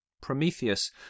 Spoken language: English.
Prometheus